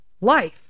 life